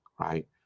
right